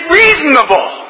reasonable